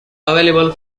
available